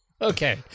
Okay